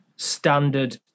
standard